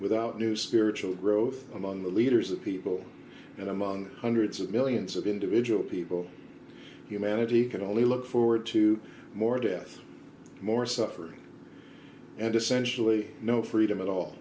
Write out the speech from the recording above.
without new spiritual growth among the leaders of people and among hundreds of millions of individual people humanity can only look forward to more death more suffering and essentially no freedom at all